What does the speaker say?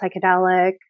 psychedelic